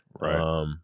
right